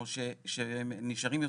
שהם נשארים יותר,